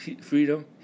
freedom